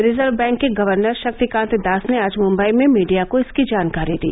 reserve Bank के governor Shaktikanta Das ने आज मुंबई में मीडिया को इसकी जानकारी दी